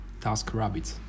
TaskRabbit